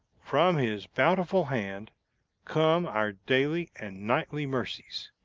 from his bountiful hand come our daily and nightly mercies.